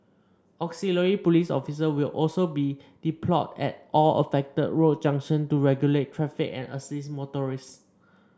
auxiliary police officer will also be deployed at all affected road junction to regulate traffic and assist motorists